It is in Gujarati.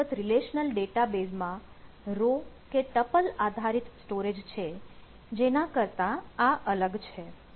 પરંપરાગત રીલેશનલ ડેટાબેઝ આધારિત સ્ટોરેજ છે જેના કરતાં આ અલગ છે